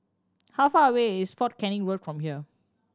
how far away is Fort Canning Road from here